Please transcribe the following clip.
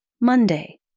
Monday